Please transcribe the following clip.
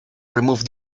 remove